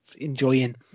enjoying